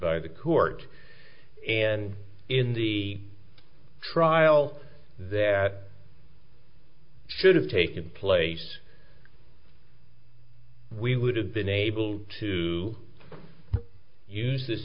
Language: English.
by the court and in the trial that should have taken place we would have been able to use this